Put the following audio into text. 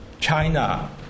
China